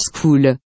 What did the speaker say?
School